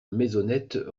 maisonnette